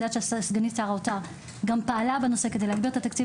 אני יודעת שסגנית שר האוצר גם פעלה בנושא כדי להעביר את התקציב